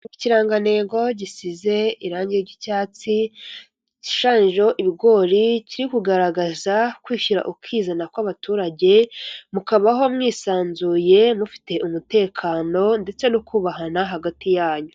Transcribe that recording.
Ikirangantego gisize irangi ry'icyatsi gishushanyijeho ibigori kiri kugaragaza kwishyira ukizana kw'abaturage mukabaho mwisanzuye mufite umutekano ndetse no kubahana hagati yanyu.